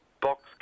Box